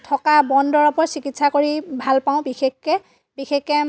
থকা বন দৰৱৰ চিকিৎসা কৰি ভালপাওঁ বিশেষকে বিশেষকে